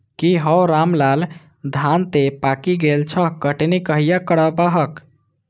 की हौ रामलाल, धान तं पाकि गेल छह, कटनी कहिया करबहक?